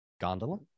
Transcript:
Gondola